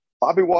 Bobby